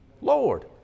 Lord